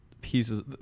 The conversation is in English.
pieces